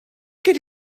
could